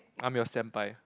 I'm your senpai